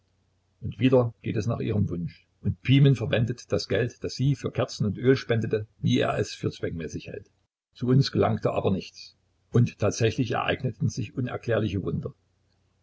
und wieder geht es nach ihrem wunsch und pimen verwendet das geld das sie für kerzen und öl spendete wie er es für zweckmäßig hält zu uns gelangte aber nichts und tatsächlich ereigneten sich unerklärliche wunder